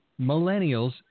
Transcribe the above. millennials